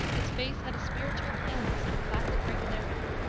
his face had a spiritual paleness and a classic regularity,